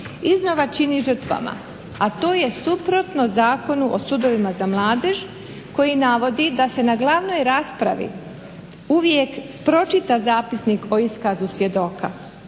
iznova čini žrtvama, a to je suprotno Zakonu o sudovima za mladež koji navodi da se na glavnoj raspravi uvijek pročita zapisnik o iskazu svjedoka